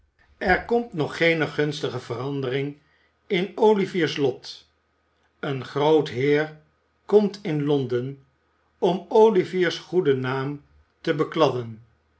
br komt nog gbene gunstige verandering in olivier's lot een groot heer komt in londen om olivier's goeden naam tb bekladden